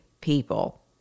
people